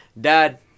Dad